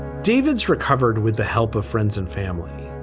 david's recovered with the help of friends and family.